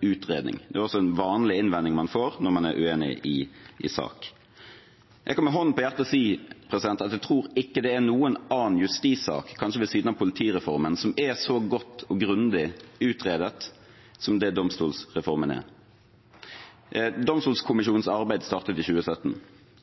utredning. Det er også en vanlig innvending man får når man er uenig i sak. Jeg kan med hånden på hjertet si at jeg tror ikke det er noen annen justissak, kanskje ved siden av politireformen, som er så godt og grundig utredet som det domstolsreformen er. Domstolkommisjonens arbeid startet i 2017.